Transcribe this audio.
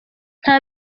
nta